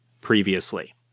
previously